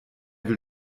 will